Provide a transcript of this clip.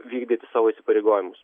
vykdyti savo įsipareigojimus